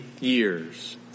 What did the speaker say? years